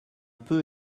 peu